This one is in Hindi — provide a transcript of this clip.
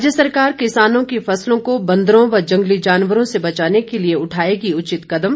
राज्य सरकार किसानों की फसलों को बंदरो व जंगली जानवरों से बचाने के लिए उठाएगी उचित कदम